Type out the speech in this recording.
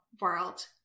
world